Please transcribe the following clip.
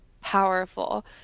powerful